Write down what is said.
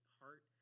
heart